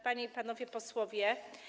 Panie i Panowie Posłowie!